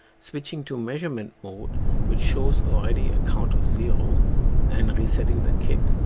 switching to measurement mode which shows already a count of zero and resetting the kit